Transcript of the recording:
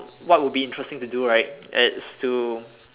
what would be interesting to do right is to